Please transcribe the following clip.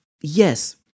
yes